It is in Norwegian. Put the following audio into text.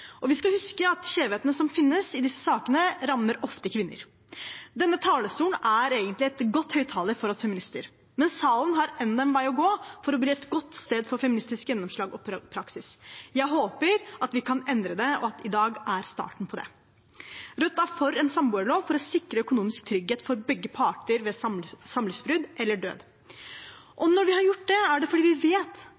Vi skal huske at skjevhetene som finnes i disse sakene, ofte rammer kvinner. Denne talerstolen er egentlig en god høyttaler for oss feminister, men salen har ennå en vei å gå for å bli et godt sted for feministisk gjennomslag og praksis. Jeg håper at vi kan endre det, og at i dag er starten på det. Rødt er for en samboerlov for å sikre økonomisk trygghet for begge parter ved samlivsbrudd eller død.